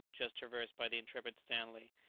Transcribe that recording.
just traversed by the intrepid stanley,